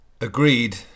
agreed